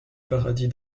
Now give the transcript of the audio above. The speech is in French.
paradis